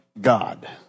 God